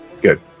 good